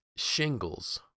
shingles